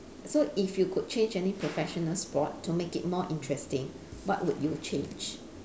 so if you could change any professional sport to make it more interesting what would you change